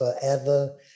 forever